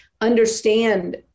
understand